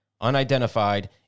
unidentified